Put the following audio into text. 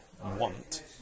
Want